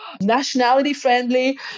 nationality-friendly